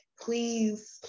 please